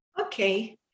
okay